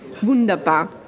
Wunderbar